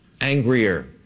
angrier